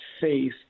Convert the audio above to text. faith